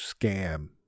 scam